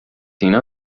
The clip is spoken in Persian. اینا